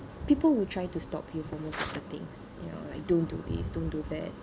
people who try to stop him for things you know like don't do this don't do that